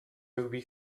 movie